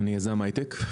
אני יזם הייטק.